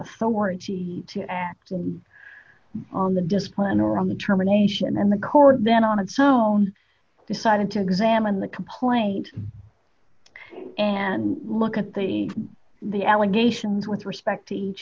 warranty to act and on the discipline or on the terminations and the court then on its own decided to examine the complaint and look at the the allegations with respect to each